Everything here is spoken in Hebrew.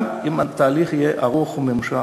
גם אם התהליך יהיה ארוך וממושך,